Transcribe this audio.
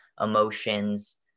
emotions